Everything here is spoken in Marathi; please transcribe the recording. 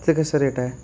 ते कसं रेट आहे